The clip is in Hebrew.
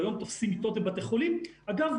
אגב,